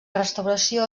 restauració